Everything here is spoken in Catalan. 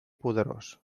poderós